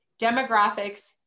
demographics